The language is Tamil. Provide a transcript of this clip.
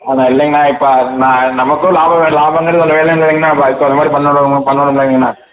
அண்ணா இல்லைங்கண்ணா இப்போ ந நமக்கும் லாபம் வேணும் லாபங்கிறது கொஞ்சம் வேணும் இல்லங்கண்ணா அப்புறம் அதுக்கு தவுந்தமாதிரி பண்ணணும்ல பண்ணணும்லங்கண்ணா